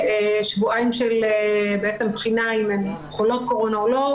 שבועיים של בעצם בחינה אם הן חולות קורונה או לא,